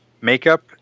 Makeup